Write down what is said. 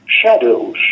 shadows